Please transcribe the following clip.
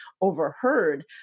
overheard